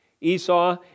Esau